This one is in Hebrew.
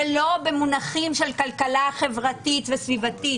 ולא במונחים של כלכלה חברתית וסביבתית,